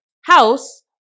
house